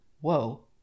whoa